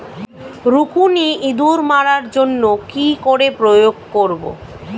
রুকুনি ইঁদুর মারার জন্য কি করে প্রয়োগ করব?